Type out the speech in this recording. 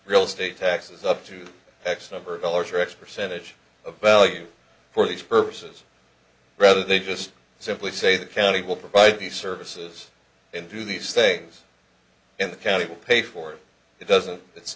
real estate taxes up to x number of dollars or x percentage of value for these purposes rather they just simply say the county will provide the services and do these thing in the county will pay for it it doesn't it's